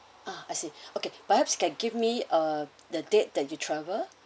ah I see okay perhaps can give me uh the date that you traveled